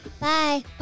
Bye